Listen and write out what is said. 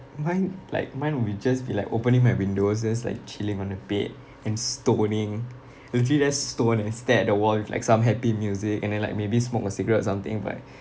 mine like mine would be just be like opening my windows just like chilling on the bed and stoning usually just stone and stare at the wall with like some happy music and then like maybe smoke a cigarette or something by